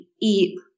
eat